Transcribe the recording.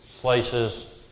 places